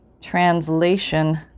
translation